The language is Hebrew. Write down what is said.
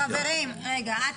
חברים, רגע.